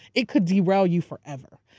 it could derail you forever.